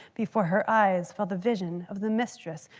before her eyes fell the vision of the mistress,